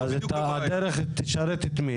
את מי תשרת הדרך?